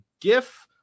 GIF –